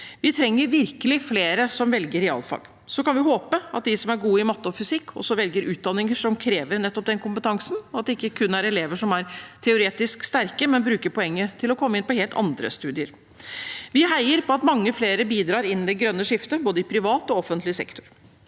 Vi trenger virkelig flere som velger realfag. Vi kan håpe at de som er gode i matte og fysikk, også velger utdanninger som krever nettopp den kompetansen, at det ikke kun er elever som er teoretisk sterke, men bruker poenget til å komme inn på helt andre studier. Vi heier på at mange flere bidrar innen det grønne skiftet, i både privat og offentlig sektor.